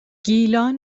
گیلان